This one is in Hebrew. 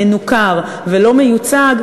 מנוכר ולא מיוצג,